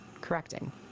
correcting